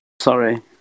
Sorry